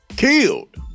killed